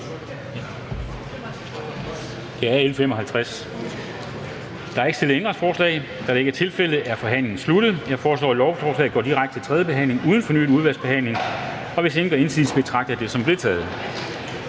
Ønsker nogen at udtale sig? Da det ikke er tilfældet, er forhandlingen sluttet. Jeg foreslår, at lovforslaget går direkte til tredje behandling uden fornyet udvalgsbehandling. Hvis ingen gør indsigelse, betragter jeg det som vedtaget.